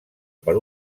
per